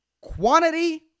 quantity